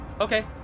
Okay